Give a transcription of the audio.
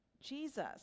Jesus